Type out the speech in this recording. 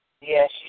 Yes